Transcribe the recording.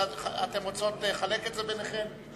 אתן רוצות לחלק את זה ביניכן?